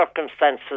circumstances